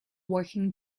working